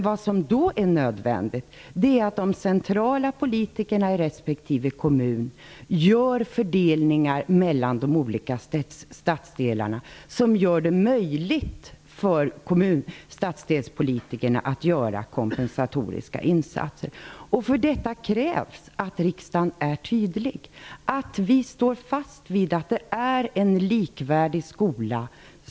Vad som då är nödvändigt är att de centrala politikerna i respektive kommun gör sådana fördelningar mellan de olika stadsdelarna som gör det möjligt för stadsdelspolitikerna att göra kompensatoriska insatser. För att detta skall kunna åstadkommas krävs det att riksdagen är tydlig och står fast vid att vi i Sverige skall ha en likvärdig skola.